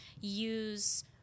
use